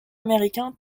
américain